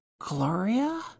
gloria